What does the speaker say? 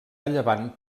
llevant